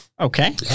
okay